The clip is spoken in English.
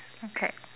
okay